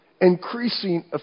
increasing